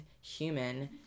human